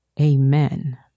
Amen